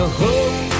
hope